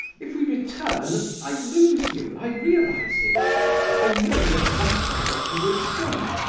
if we return, i lose you, i realize it i know in advance what you will say.